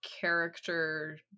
character